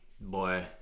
Boy